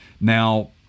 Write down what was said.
Now